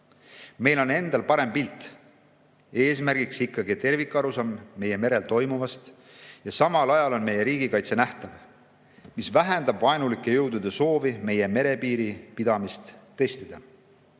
Meil on endal parem pilt. Eesmärk on ikkagi tervikarusaam meie merel toimuvast, samal ajal on meie riigikaitse nähtav. See vähendab vaenulike jõudude soovi meie merepiiri pidamist testida.